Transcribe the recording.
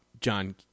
John